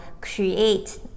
create